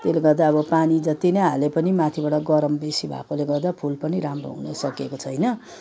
त्यसले गर्दा अब पानी जत्तिनै हाले पनि माथिबाट गरम बेसी भएकोले गर्दा फुल पनि राम्रो हुनै सकेको छैन